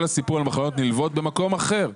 כל הסיפור על מחלות נלוות הוא במקום אחר.